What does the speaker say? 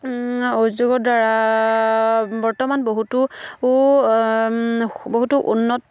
উদ্যোগৰ দ্বাৰা বৰ্তমান বহুতো উন্নত